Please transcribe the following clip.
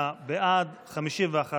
38 בעד, 51 נגד.